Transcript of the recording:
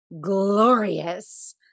glorious